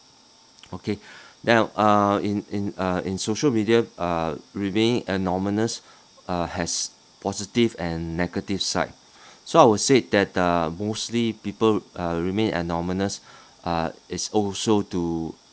okay then uh in in uh in social media uh remain anonymous uh has positive and negative side so I would said that the mostly people uh remain anonymous uh is also to